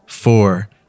Four